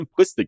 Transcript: simplistic